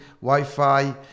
Wi-Fi